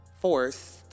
forced